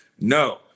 No